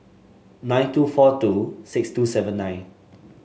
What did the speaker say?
nine two four two six two seven nine